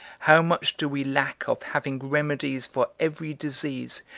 how much do we lack of having remedies for every disease,